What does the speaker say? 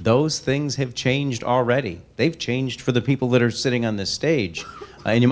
those things have changed already they've changed for the people that are sitting on the stage